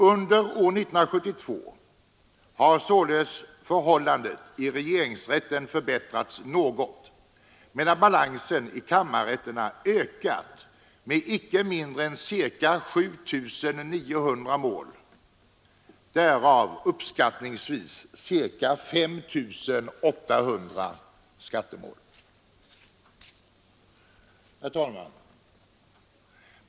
Under år 1972 har således förhållandet i regeringsrätten förbättrats något medan balansen i kammarrätterna ökat med icke mindre än ca 7 900 mål, därav uppskattningsvis ca 5 800 skattemål. Herr talman!